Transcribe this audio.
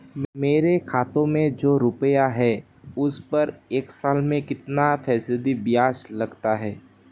मेरे खाते में जो रुपये हैं उस पर एक साल में कितना फ़ीसदी ब्याज लगता है?